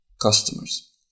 customers